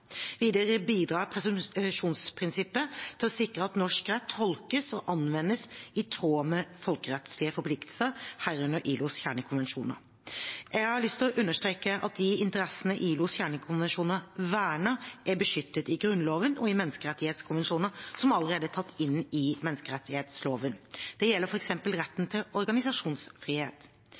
Videre bidrar presumsjonsprinsippet til å sikre at norsk rett tolkes og anvendes i tråd med folkerettslige forpliktelser, herunder ILOs kjernekonvensjoner. Jeg har lyst til å understreke at de interessene ILOs kjernekonvensjoner verner, er beskyttet i Grunnloven og i menneskerettighetskonvensjoner som allerede er tatt inn i menneskerettsloven. Dette gjelder f.eks. retten til organisasjonsfrihet.